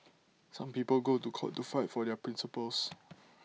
some people go to court to fight for their principles